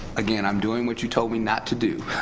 again i'm doing what you told me not to do,